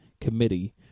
committee